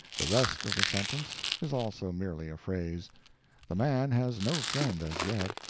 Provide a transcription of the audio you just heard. the rest of the sentence is also merely a phrase the man has no friend as yet,